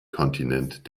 kontinent